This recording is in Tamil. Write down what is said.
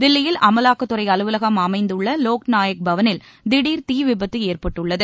தில்லியில் அமலாக்கத்துறை அலுவலகம் அமைந்துள்ள லோக்நாயக் பவனில் திடர் தீ விபத்து ஏற்பட்டுள்ளது